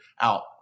out